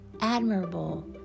admirable